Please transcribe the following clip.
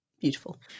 beautiful